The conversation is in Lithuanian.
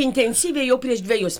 intensyviai jau prieš dvejus